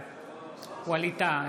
בעד ווליד טאהא,